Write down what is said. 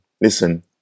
listen